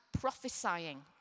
prophesying